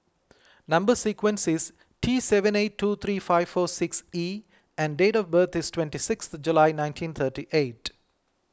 Number Sequence is T seven eight two three five four six E and date of birth is twenty sixth July nineteen thirty eight